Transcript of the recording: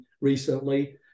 recently